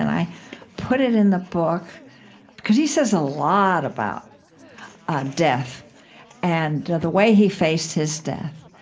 and i put it in the book because he says a lot about ah death and the way he faced his death.